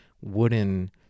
wooden